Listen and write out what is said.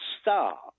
star